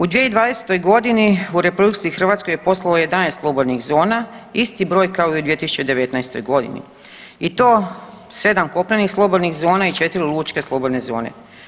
U 2020. g. u RH je poslovalo 11 slobodnih zona, isti broj kao i 2019. g. i to 7 kopnenih slobodnih zona i 4 lučke slobodne zone.